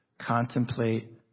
contemplate